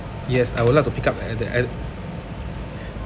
yes I would like to pick up at the at